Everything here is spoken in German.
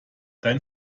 dein